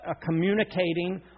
communicating